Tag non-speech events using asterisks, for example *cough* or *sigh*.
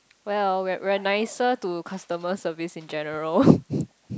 well we're we're nicer to customer service in general *laughs*